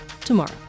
tomorrow